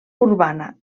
urbana